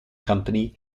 company